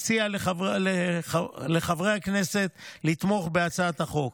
אציע לחברי הכנסת לתמוך בהצעת החוק.